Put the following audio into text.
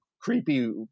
creepy